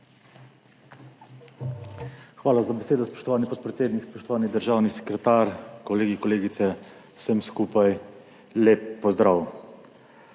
Hvala za besedo, spoštovani podpredsednik. Spoštovani državni sekretar, kolegi, kolegice, vsem skupaj lep pozdrav!